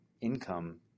income